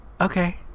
okay